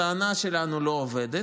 הטענה שלנו לא עובדת.